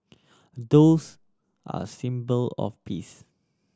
doves are a symbol of peace